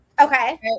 Okay